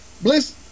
Bliss